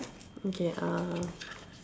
okay uh